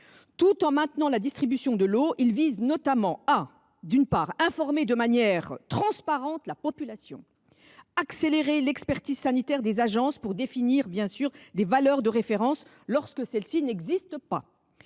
Tout en maintenant la distribution de l’eau, il vise notamment à informer de manière transparente la population, à accélérer l’expertise sanitaire des agences pour définir des valeurs de référence lorsque celles ci n’existent pas,